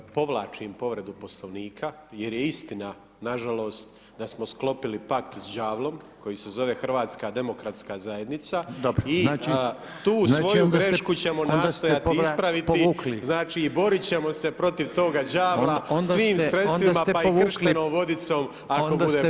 Povlačim povredu Poslovnika, jer je istina, nažalost, da smo sklopili pakt s đavlom koji se zove Hrvatska demokratska zajednica i tu svoju grešku ćemo nastojati [[Upadica Reiner: Dobro znači onda ste povukli.]] ispraviti, znači boriti ćemo se protiv toga đavla, svim sredstvima pa i krštenom vodicom, ako bude trebalo.